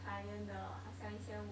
client 的好像一些